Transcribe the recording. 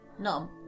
No